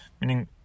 meaning